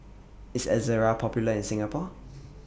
IS Ezerra Popular in Singapore